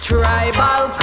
Tribal